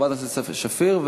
חברת הכנסת סתיו שפיר,